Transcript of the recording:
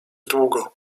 długo